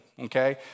okay